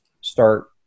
start